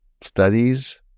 studies